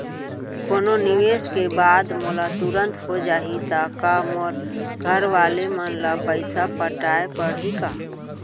कोनो निवेश के बाद मोला तुरंत हो जाही ता का मोर घरवाले मन ला पइसा पटाय पड़ही का?